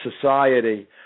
society